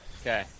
Okay